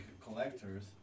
collectors